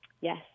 yes